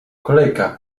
kolejka